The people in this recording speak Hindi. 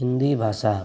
हिन्दी भाषा